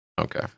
Okay